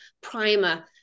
primer